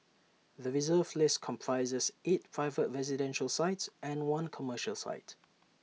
the Reserve List comprises eight private residential sites and one commercial site